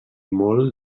molt